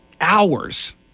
Hours